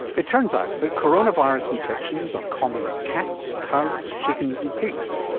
it turns out that coronavirus infections are common in cats, cows, chickens and pigs.